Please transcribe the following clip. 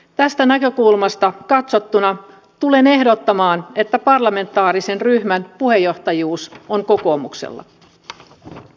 tästä näkökulmasta katsottuna tulen ehdottamaan että parlamentaarisen ryhmän puheenjohtajuus on kokoomuksella